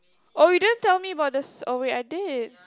oh you didn't tell me about this oh wait I did